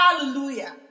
Hallelujah